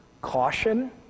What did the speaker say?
caution